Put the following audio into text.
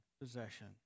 possession